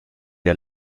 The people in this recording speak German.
der